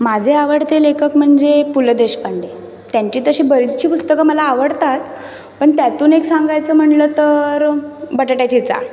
माझे आवडते लेखक म्हणजे पु ल देशपांडे त्यांची तशी बरीचशी पुस्तकं मला आवडतात पण त्यातून एक सांगायचं म्हणलं तर बटाट्याची चाळ